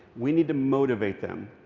we need to motivate them.